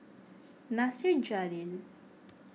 Nasir Jalil